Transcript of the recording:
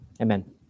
Amen